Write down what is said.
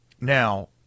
Now